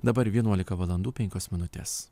dabar vienuolika valandų penkios minutės